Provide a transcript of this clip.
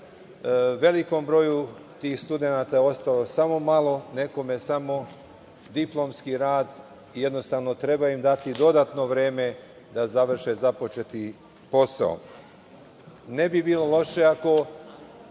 Velikom broju tih studenta ostao je samo malo, nekome samo diplomski rad i jednostavno treba im dati dodatno vreme da završe započeti posao. Bilo bi loše ako